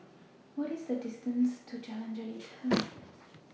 What IS The distance to Jalan Jelita